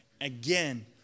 Again